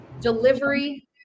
delivery